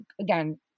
again